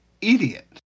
idiot